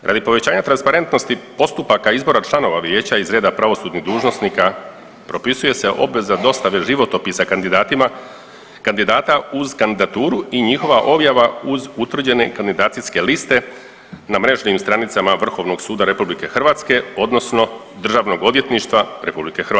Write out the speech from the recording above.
Radi povećanja transparentnosti postupaka izbora članova vijeća iz reda pravosudnih dužnosnika propisuje se obveza dostave životopisa kandidatima, kandidata uz kandidaturu i njihova objava uz utvrđene kandidacijske liste na mrežnim stranicama Vrhovnog suda RH odnosno Državnog odvjetništva RH.